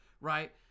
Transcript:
right